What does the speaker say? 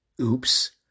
Oops